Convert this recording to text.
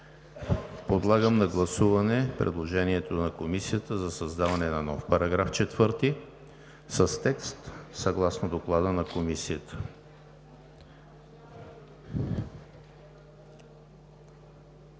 Подлагам на гласуване предложението на Комисията за създаване на нов § 4 с текст съгласно Доклада на Комисията.